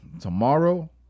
tomorrow